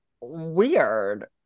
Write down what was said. Weird